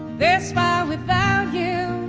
this far without you.